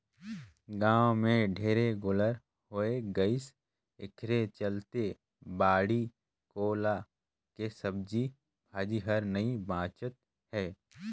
गाँव में ढेरे गोल्लर होय गइसे एखरे चलते बाड़ी कोला के सब्जी भाजी हर नइ बाचत हे